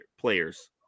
players